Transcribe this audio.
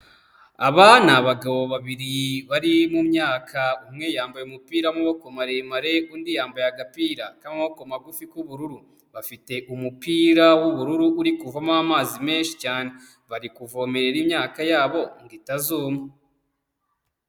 Aba ni abagabo babiri bari mu myaka, umwe yambaye umupira w'amaboko maremarendi undi yambaye agapira k'amaboko magufi k'ubururu bafite umupira w'ubururu uri kuvomo amazi menshi cyane. Bari kuvomerera imyaka yabo ngo itazuma.